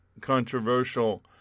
controversial